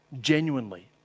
genuinely